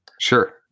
Sure